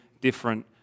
different